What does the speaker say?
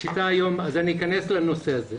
אני אכנס לנושא הזה.